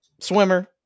swimmer